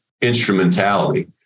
instrumentality